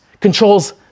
controls